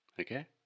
okay